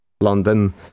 London